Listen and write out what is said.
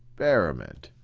experiment.